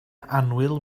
annwyl